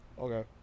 Okay